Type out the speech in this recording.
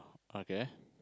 okay